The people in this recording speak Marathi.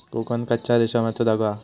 कोकन कच्च्या रेशमाचो धागो हा